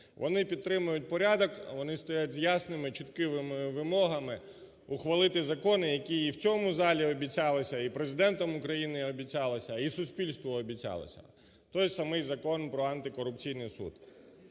Вони підтримують порядок, вони стоять з ясними чіткими вимогами ухвалити закони, які і в цьому залі обіцялися, і Президентом України обіцялися, і суспільству обіцялися, той самий Закон про антикорупційний суд.